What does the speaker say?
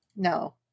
No